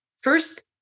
first